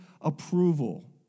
approval